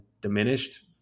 diminished